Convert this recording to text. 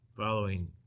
following